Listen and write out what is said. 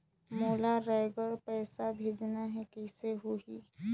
मोला रायगढ़ पइसा भेजना हैं, कइसे होही?